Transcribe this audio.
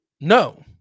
no